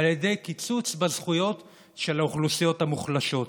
על ידי קיצוץ בזכויות של האוכלוסיות המוחלשות.